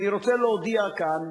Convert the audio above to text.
אני רוצה להודיע כאן,